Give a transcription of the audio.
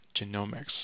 Genomics